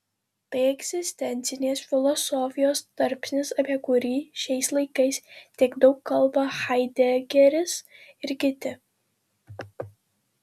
tai egzistencinės filosofijos tarpsnis apie kurį šiais laikais tiek daug kalba haidegeris ir kiti